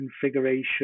configuration